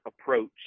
approach